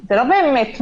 זה לא באמת מלון,